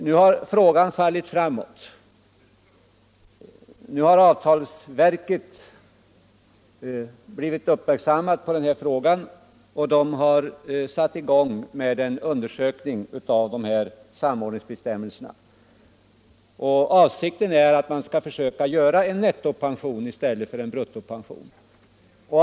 Nu har frågan fallit framåt; avtalsverket har uppmärksammat den, och man har satt i gång med undersökning av samordningsbestämmelserna. Avsikten är att man skall försöka göra en nettopension i stället för en bruttopension.